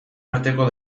arteko